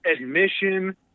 admission